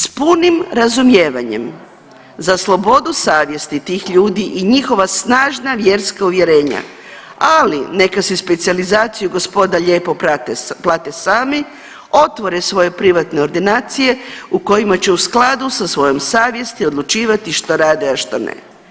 S punim razumijevanjem za slobodu savjesti tih ljudi i njihova snažna vjerska uvjerenja, ali neka se specijalizaciju gospoda lijepo plate sami, otvore svoje privatne ordinacije u kojima će u skladu sa svojom savjesti odlučivati što rade, a što ne.